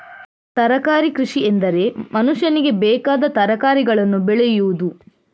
ತರಕಾರಿ ಕೃಷಿಎಂದರೆ ಮನುಷ್ಯನಿಗೆ ಬೇಕಾದ ತರಕಾರಿಗಳನ್ನು ಬೆಳೆಯುವುದು